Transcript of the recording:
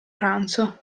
pranzo